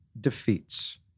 defeats